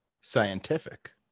scientific